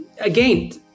again